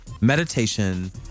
meditation